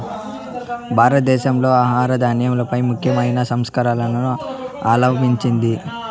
భారతదేశం ఆహార ధాన్యాలపై ముఖ్యమైన సంస్కరణలను అవలంభించింది